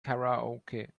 karaoke